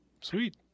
Sweet